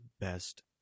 best